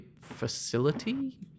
facility